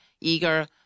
eager